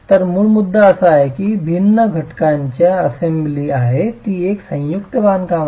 तर मूळ मुद्दा असा आहे की ही भिन्न घटकांची असेंब्ली आहे ती एक संयुक्त बांधकाम आहे